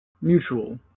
Mutual